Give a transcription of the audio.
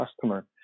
customer